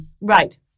right